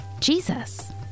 Jesus